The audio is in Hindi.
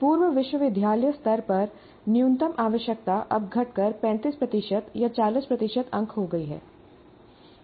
पूर्व विश्वविद्यालय स्तर पर न्यूनतम आवश्यकता अब घटकर 35 प्रतिशत या 40 प्रतिशत अंक हो गई है